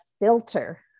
filter